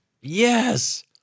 Yes